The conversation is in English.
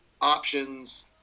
options